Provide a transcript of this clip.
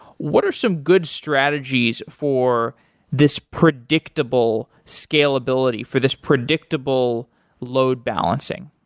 what are some good strategies for this predictable scale-ability, for this predictable load balancing?